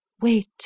Wait